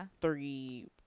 three